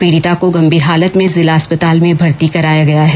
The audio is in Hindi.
पीड़िता को गंभीर हालत में जिला अस्पताल में भर्ती कराया गया है